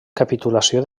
capitulació